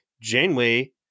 Janeway